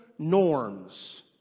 Norms